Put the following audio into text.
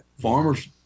Farmers